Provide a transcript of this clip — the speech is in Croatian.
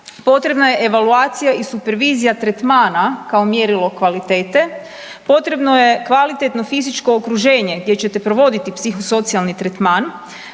potrebna je evaluacija i supervizija tretmana kao mjerilo kvalitete. Potrebno je kvalitetno fizičko okruženje gdje ćete provoditi psihosocijalni tretman